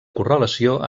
correlació